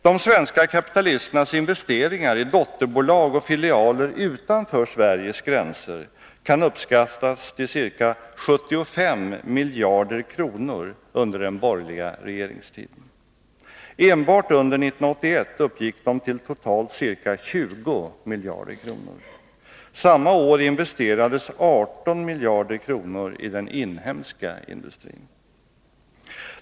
De svenska kapitalisternas investeringar i dotterbolag och filialer utanför Sveriges gränser kan uppskattas till ca 75 miljarder kronor under den borgerliga regeringstiden. Enbart under 1981 uppgick de till totalt ca 20 miljarder kronor. Samma år investerades 18 miljarder kronor i den inhemska industrin.